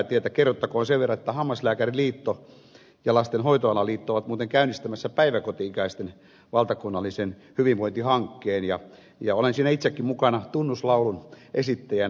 kerrottakoon sen verran että hammaslääkäriliitto ja lastenhoitoalan liitto ovat muuten käynnistämässä päiväkoti ikäisten valtakunnallisen hyvinvointihankkeen ja olen siinä itsekin mukana tunnuslaulun esittäjänä